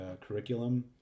curriculum